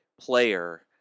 player